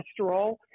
cholesterol